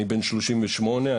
אני בן שלושים ושמונה,